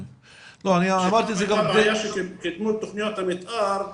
יתנו תכניות המתאר,